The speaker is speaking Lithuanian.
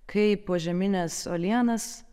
kai požemines uolienas